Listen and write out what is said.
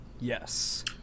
Yes